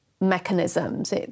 mechanisms